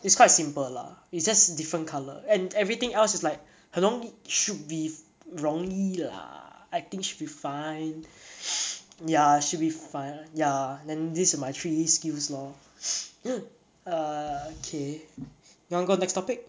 it's quite simple lah it's just different color and everything else is like 很容 should be 容易 lah I think should be fine ya should be fine ya then this are my three skills lor err okay you want go next topic